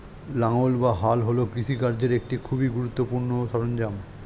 লাঙ্গল বা হাল হচ্ছে কৃষিকার্যের একটি খুবই গুরুত্বপূর্ণ সরঞ্জাম